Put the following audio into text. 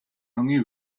хамгийн